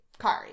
kari